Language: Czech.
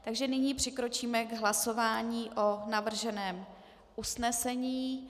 Takže nyní přikročíme k hlasování o navrženém usnesení.